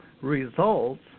results